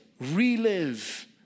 relive